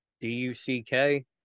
d-u-c-k